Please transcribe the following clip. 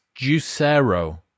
Juicero